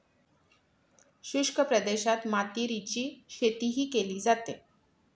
शुष्क प्रदेशात मातीरीची शेतीही केली जाते